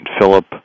Philip